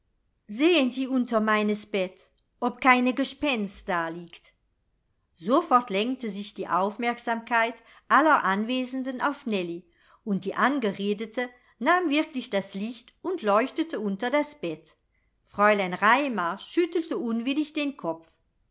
sehen sie unter meines bett ob keine gespenst daliegt sofort lenkte sich die aufmerksamkeit aller anwesenden auf nellie und die angeredete nahm wirklich das licht und leuchtete unter das bett fräulein raimar schüttelte unwillig den kopf